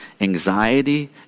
anxiety